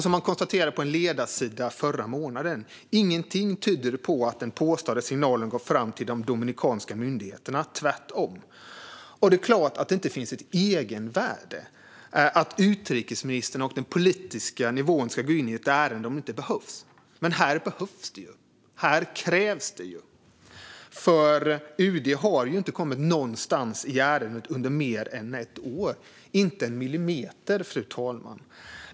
Som man konstaterade på en ledarsida förra månaden: Ingenting tyder på att den påstådda signalen gått fram till de dominikanska myndigheterna - tvärtom. Det är klart att det inte finns ett egenvärde i att utrikesministern och den politiska nivån går in i ett ärende om det inte behövs. Men här behövs det ju. Här krävs det. UD har ju inte kommit någonstans i ärendet under mer än ett år - inte en millimeter, fru talman.